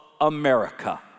America